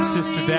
Sister